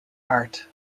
art